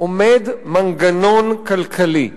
עומד מנגנון כלכלי.